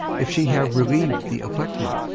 if she have relieved the afflicted,